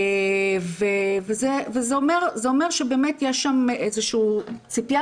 וזה אומר שבאמת יש שם איזו שהיא ציפייה